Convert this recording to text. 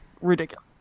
ridiculous